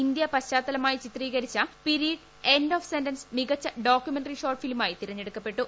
India പശ്ചാത്തലമായി ചിത്രീകരിച്ച period end of sentence മികച്ചു ഡോക്യുമെന്ററി ഷോർട്ട് ഫിലിമായി തെരഞ്ഞെടുക്കപ്പെട്ടു